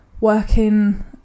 working